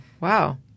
wow